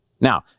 Now